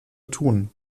tun